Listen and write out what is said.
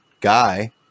guy